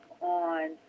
on